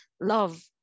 love